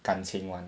感情 [one]